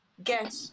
get